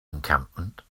encampment